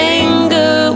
anger